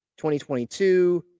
2022